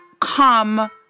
come